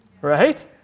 right